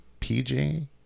PJ